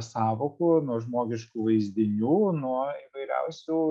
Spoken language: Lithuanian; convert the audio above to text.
sąvokų nuo žmogiškų vaizdinių nuo įvairiausių